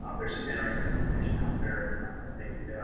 ah there's some interesting information out there i think